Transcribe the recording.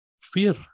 Fear